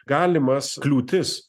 galimas kliūtis